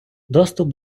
доступ